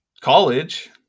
college